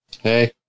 hey